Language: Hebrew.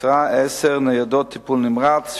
עשר ניידות טיפול נמרץ,